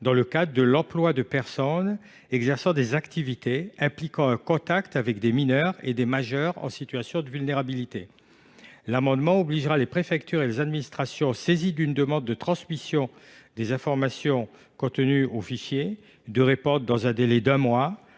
dans le cadre de l’emploi de personnes exerçant des activités impliquant un contact avec des mineurs et des majeurs en situation de vulnérabilité. Nous souhaitons obliger les préfectures et les administrations saisies d’une demande de transmission des informations contenues au fichier à répondre dans un délai d’un mois,